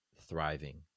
thriving